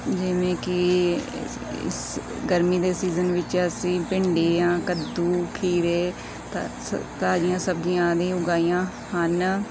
ਜਿਵੇਂ ਕਿ ਇਸ ਗਰਮੀ ਦੇ ਸੀਜ਼ਨ ਵਿੱਚ ਅਸੀਂ ਭਿੰਡੀਆ ਕੱਦੂ ਖੀਰੇ ਤਾ ਸ ਤਾਜ਼ੀਆਂ ਸਬਜ਼ੀਆਂ ਆਦਿ ਉਗਾਈਆਂ ਹਨ